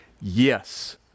yes